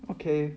okay